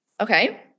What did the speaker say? okay